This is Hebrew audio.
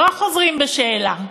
לא החוזרים בשאלה,